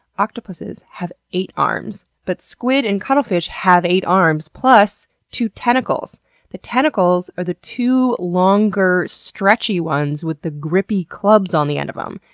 octopuses have eight arms. but squid and cuttlefish have eight arms plus two tentacles and the tentacles are the two longer stretchy ones with the grippy clubs on the end of em.